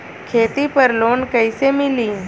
खेती पर लोन कईसे मिली?